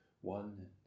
one